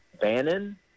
Bannon